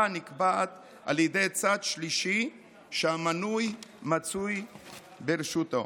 הנקבעת על ידי צד שלישי שהמנוי ציין בבקשתו.